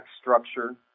structure